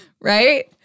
right